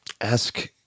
ask